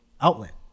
outlet